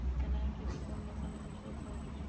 चाना के खेती कौन मौसम में सबसे अच्छा होखेला?